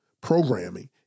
programming